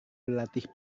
berlatih